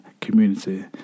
community